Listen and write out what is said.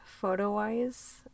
photo-wise